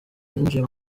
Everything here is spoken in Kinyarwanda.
yinjiye